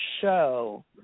show